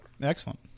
Excellent